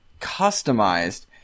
customized